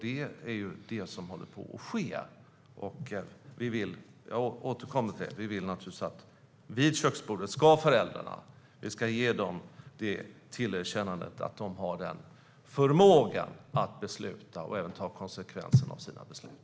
Det är också vad som håller på att ske. Vi vill naturligtvis tillerkänna föräldrarna vid köksbordet att de har förmågan att besluta och även ta konsekvenserna av sina beslut.